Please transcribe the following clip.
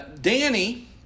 Danny